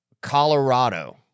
Colorado